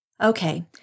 Okay